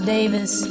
Davis